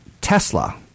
Tesla